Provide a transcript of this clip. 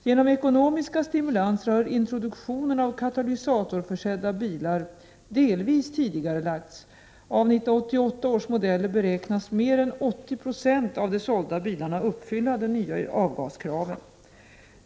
Genom ekonomiska stimulanser har introduktionen av katalysatorförsedda bilar delvis tidigarelagts, och av 1988 års modeller beräknas mer än 80 96 av de sålda bilarna uppfylla de nya avgaskraven.